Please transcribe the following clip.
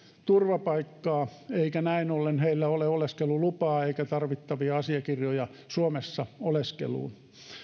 turvapaikkaa eikä näin ollen heillä ole oleskelulupaa eikä tarvittavia asiakirjoja suomessa oleskeluun